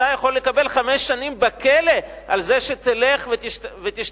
יכול לקבל חמש שנים בכלא על זה שתלך ותשתתף,